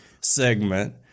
segment